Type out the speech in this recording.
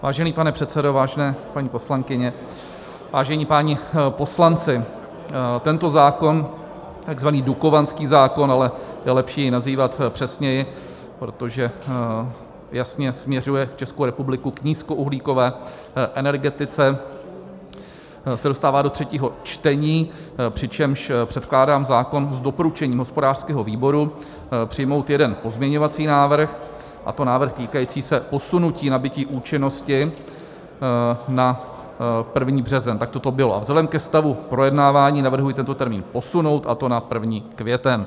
Vážený pane předsedo, vážené paní poslankyně, vážení páni poslanci, tento zákon, takzvaný dukovanský zákon, ale je lepší jej nazývat přesněji, protože jasně směřuje Českou republiku k nízkouhlíkové energetice, se dostává do třetího čtení, přičemž předkládám zákon s doporučením hospodářského výboru přijmout jeden pozměňovací návrh, a to návrh týkající se posunutí nabytí účinnosti na 1. březen takto to bylo a vzhledem ke stavu projednávání navrhuji tento termín posunout, a to na 1. květen.